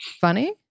funny